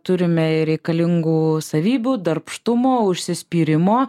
turime ir reikalingų savybių darbštumo užsispyrimo